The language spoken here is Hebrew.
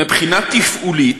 מבחינה תפעולית,